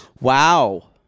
Wow